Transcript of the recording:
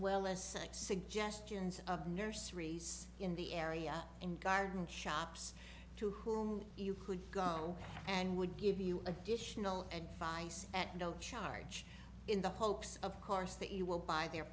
well as suggestions of nurseries in the area and garden shops to whom you could go and would give you additional advice at no charge in the hopes of course that you will buy their